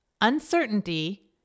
uncertainty